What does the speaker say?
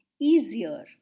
easier